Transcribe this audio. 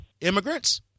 immigrants